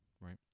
right